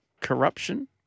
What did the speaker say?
corruption